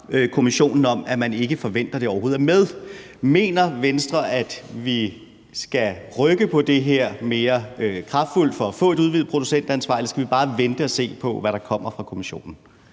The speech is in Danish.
Kommissionen om, at man ikke forventer, at det overhovedet er med. Mener Venstre, at vi skal rykke på det her mere kraftfuldt for at få et udvidet producentansvar, eller skal vi bare vente og se på, hvad der kommer fra Kommissionens